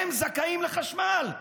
הם זכאים לחשמל.